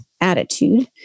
attitude